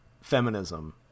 feminism